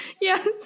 Yes